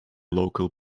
local